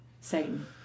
Satan